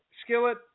Skillet